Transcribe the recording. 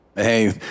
Hey